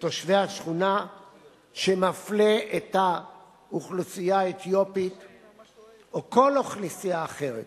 לתושבי השכונה שמפלה את האוכלוסייה האתיופית או כל אוכלוסייה אחרת